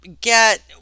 get